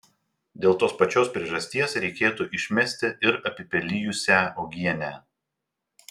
dėl tos pačios priežasties reikėtų išmesti ir apipelijusią uogienę